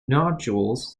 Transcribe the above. nodules